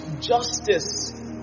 justice